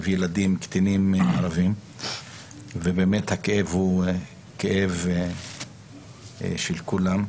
ילדים קטינים ערבים ובאמת הכאב הוא כאב של כולם.